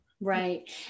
Right